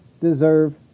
deserve